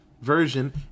version